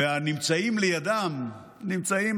והנמצאים לידם נמצאים,